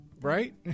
right